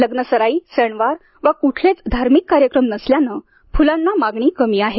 लग्नसराई सणवार वा कुठलेच धार्मिक कार्यक्रम नसल्यानं फुलांना मागणी कमी आहे